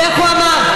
ואיך הוא אמר?